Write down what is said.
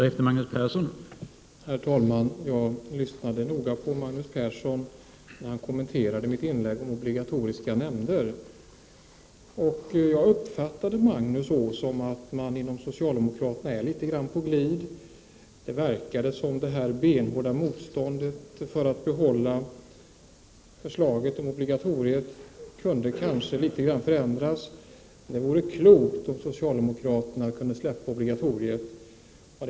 Herr talman! Jag lyssnade noga på Magnus Persson när han kommenterade mitt inlägg om obligatoriska nämnder, och jag uppfattade honom så, att socialdemokraterna är litet grand på glid. Det verkade som om det benhårda motståndet för att behålla förslaget om obligatoriet kanske kunde minska. Det vore klokt om socialdemokraterna kunde släppa tanken på ett obligatorium.